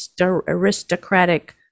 aristocratic